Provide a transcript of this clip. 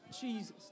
Jesus